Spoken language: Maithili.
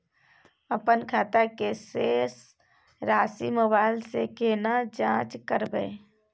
अपन खाता के शेस राशि मोबाइल से केना जाँच करबै?